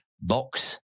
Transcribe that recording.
box